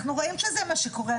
ואנחנו רואים שזה מה שקורה.